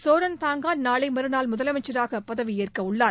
ஸோரன் தாங்கா நாளை மறுநாள் முதலமைச்சராக பதவியேற்கவுள்ளார்